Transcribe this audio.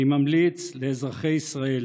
אני ממליץ לאזרחי ישראל